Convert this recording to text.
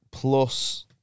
Plus